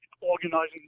organizing